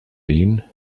been